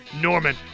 Norman